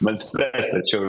man spręst tačiau